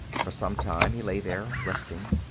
for some time he lay there, resting.